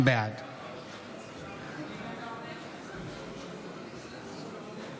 בעד